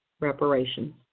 reparations